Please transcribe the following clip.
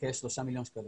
כשלושה מיליון שקלים.